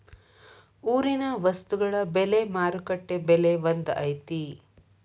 ಊರಿನ ವಸ್ತುಗಳ ಬೆಲೆ ಮಾರುಕಟ್ಟೆ ಬೆಲೆ ಒಂದ್ ಐತಿ?